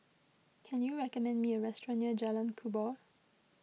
can you recommend me a restaurant near Jalan Kubor